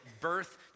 birth